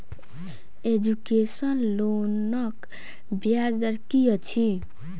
Education लोनक ब्याज दर की अछि?